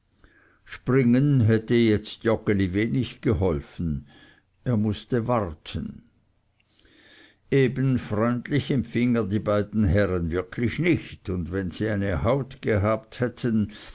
springen hätte jetzt joggeli wenig geholfen er mußte warten eben freundlich empfing er die beiden herren wirklich nicht und wenn sie eine haut gehabt hätten